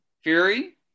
Fury